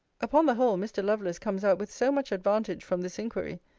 upon the whole, mr. lovelace comes out with so much advantage from this inquiry,